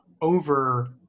over